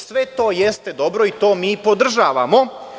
Sve to jeste dobro i to mi podržavamo.